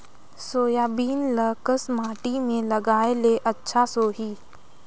Soybean ल कस माटी मे लगाय ले अच्छा सोही?